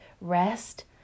rest